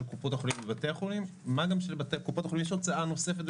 זה צריך להיכנס לתוך הבסיס של המערכת.